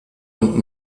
und